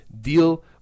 deal